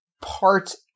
parts